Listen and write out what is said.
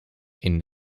session